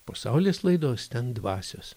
po saulės laidos ten dvasios